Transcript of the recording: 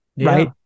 right